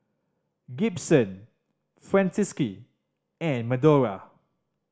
Gibson Francisqui and Medora